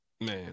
man